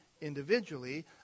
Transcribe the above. individually